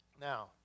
Now